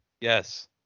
Yes